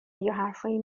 یاحرفایی